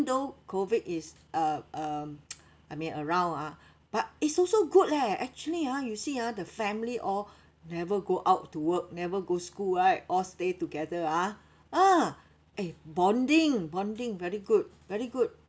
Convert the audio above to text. though COVID is uh um I mean around ah but it's also good leh actually ah you see ah the family all never go out to work never go school right all stay together ah ah eh bonding bonding very good very good